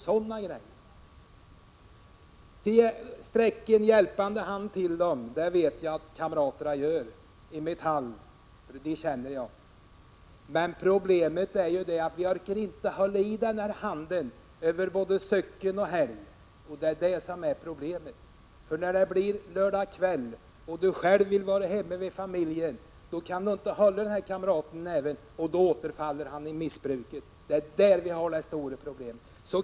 Jag vet att kamraterna i Metall sträcker ut en hjälpande hand, för dem känner jag. Problemet är dock att vi inte orkar sträcka fram handen i helg och söcken. När det väl är lördagkväll vill man själv vara hemma hos familjen, och då kan man inte hålla kamraten i hand. Det är då som kamraten återfaller till missbruket. Det är, som sagt, det som är det stora problemet.